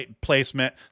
placement